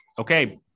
okay